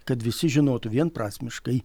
kad visi žinotų vienprasmiškai